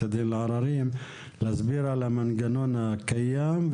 הדין לעררים להסביר על המנגנון הקיים,